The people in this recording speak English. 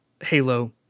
halo